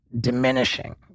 diminishing